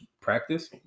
practice